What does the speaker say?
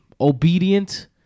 obedient